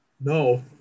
No